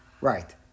right